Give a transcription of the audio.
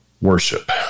worship